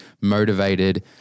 motivated